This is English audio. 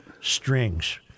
Strings